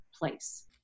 place